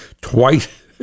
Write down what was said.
twice